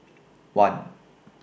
one